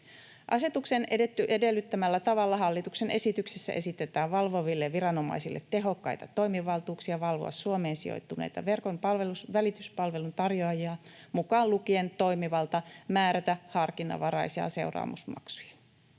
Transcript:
Asetuksen edellyttämällä tavalla hallituksen esityksessä esitetään valvoville viranomaisille tehokkaita toimivaltuuksia valvoa Suomeen sijoittuneita verkon välityspalvelun tarjoajia mukaan lukien toimivalta määrätä harkinnanvaraisia seuraamusmaksuja.